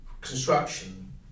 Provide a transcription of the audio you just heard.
construction